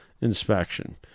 inspection